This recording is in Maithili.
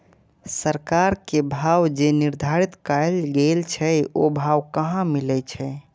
सरकार के भाव जे निर्धारित कायल गेल छै ओ भाव कहाँ मिले छै?